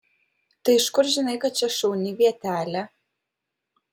tai iš kur žinai kad čia šauni vietelė